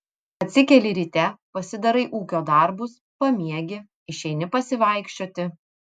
atsikeli ryte pasidarai ūkio darbus pamiegi išeini pasivaikščioti